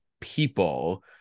people